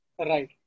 Right